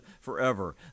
forever